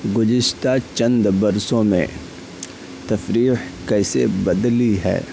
گذشتہ چند برسوں میں تفریح کیسے بدلی ہے